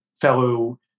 fellow